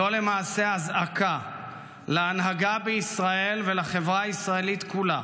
זו למעשה אזעקה להנהגה בישראל ולחברה הישראלית כולה